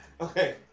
Okay